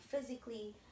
physically